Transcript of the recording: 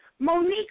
Monique